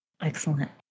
Excellent